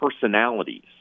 personalities